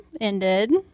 ended